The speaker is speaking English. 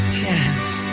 chance